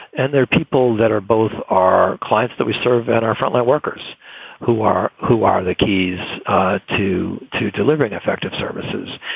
and they're people that are both are clients that we serve at our frontline workers who are who are the keys to to delivering effective services.